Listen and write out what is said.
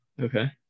Okay